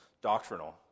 doctrinal